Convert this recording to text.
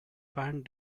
band